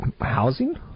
Housing